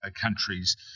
countries